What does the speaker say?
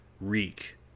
Reek